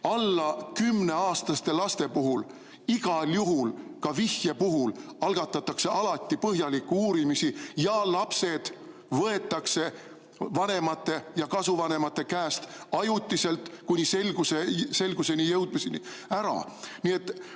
10-aastaste laste puhul igal juhul, ka vihje puhul algatatakse alati põhjalikke uurimisi ja lapsed võetakse vanemate ja kasuvanemate käest ajutiselt, kuni selguse [saabumiseni] ära.